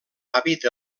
habita